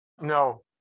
No